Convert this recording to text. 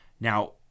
now